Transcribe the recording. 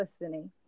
listening